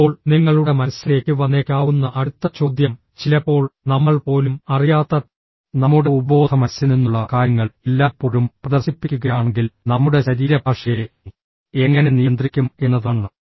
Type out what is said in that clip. ഇപ്പോൾ നിങ്ങളുടെ മനസ്സിലേക്ക് വന്നേക്കാവുന്ന അടുത്ത ചോദ്യം ചിലപ്പോൾ നമ്മൾ പോലും അറിയാത്ത നമ്മുടെ ഉപബോധമനസ്സിൽ നിന്നുള്ള കാര്യങ്ങൾ എല്ലായ്പ്പോഴും പ്രദർശിപ്പിക്കുകയാണെങ്കിൽ നമ്മുടെ ശരീരഭാഷയെ എങ്ങനെ നിയന്ത്രിക്കും എന്നതാണ്